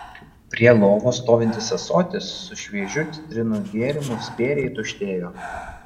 prie lovos stovintis ąsotis su šviežiu citrinų gėrimu spėriai tuštėjo